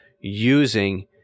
using